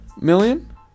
million